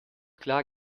klar